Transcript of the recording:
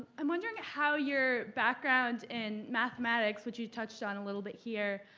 i'm wondering how your background in mathematics, which you touched on a little bit here,